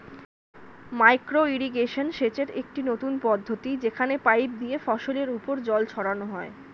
micro irrigation সেচের একটি নতুন পদ্ধতি যেখানে পাইপ দিয়ে ফসলের উপর জল ছড়ানো হয়